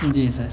جی سر